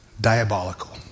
diabolical